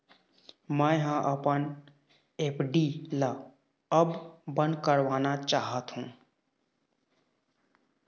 मै ह अपन एफ.डी ला अब बंद करवाना चाहथों